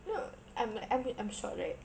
you know I'm like I'm eh I'm short right